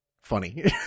funny